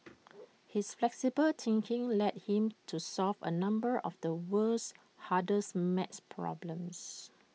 his flexible thinking led him to solve A number of the world's hardest math problems